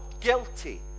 guilty